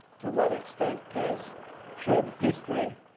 to what extent does should history